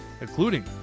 including